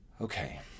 Okay